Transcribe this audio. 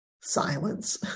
Silence